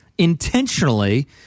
intentionally